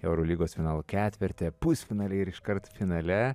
eurolygos finalo ketverte pusfinalyje ir iškart finale